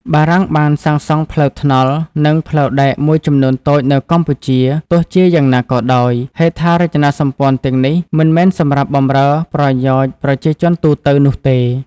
បារាំងបានសាងសង់ផ្លូវថ្នល់ និងផ្លូវដែកមួយចំនួនតូចនៅកម្ពុជា ទោះជាយ៉ាងណាក៏ដោយ ហេដ្ឋារចនាសម្ព័ន្ធទាំងនេះមិនមែនសម្រាប់បម្រើប្រយោជន៍ប្រជាជនទូទៅនោះទេ។